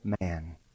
man